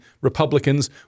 Republicans